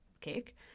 cake